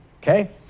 okay